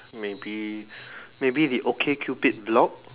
maybe maybe the okay cupid block